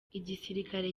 igisirikare